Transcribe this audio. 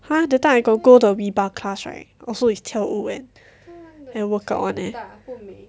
ha that time I got go the WeBarre class right also is 跳舞 and and workout one eh